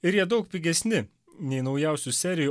ir jie daug pigesni nei naujausių serijų